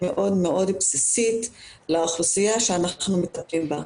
מאוד מאוד בסיסית לאוכלוסייה שאנחנו מטפלים בה.